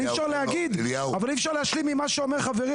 אבל אי אפשר להשלים עם מה שאומר חברי